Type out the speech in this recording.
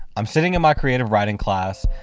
i'm sitting in my creative writing class,